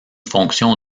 fonction